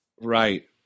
Right